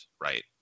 right